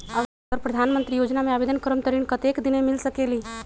अगर प्रधानमंत्री योजना में आवेदन करम त ऋण कतेक दिन मे मिल सकेली?